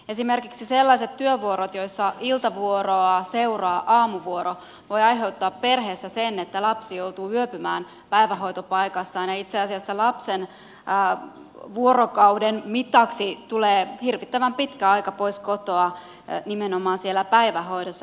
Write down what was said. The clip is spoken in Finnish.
esimerkiksi sellaiset työvuorot joissa iltavuoroa seuraa aamuvuoro voivat aiheuttaa perheessä sen että lapsi joutuu yöpymään päivähoitopaikassaan ja itse asiassa lapsen vuorokauden mitaksi tulee hirvittävän pitkä aika pois kotoa nimenomaan siellä päivähoidossa